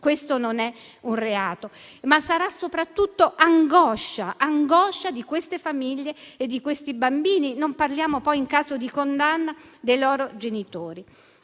pratica non è un reato. Sarà, soprattutto, angoscia di queste famiglie e di questi bambini: non parliamo, poi, in caso di condanna dei loro genitori.